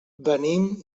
venim